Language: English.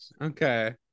Okay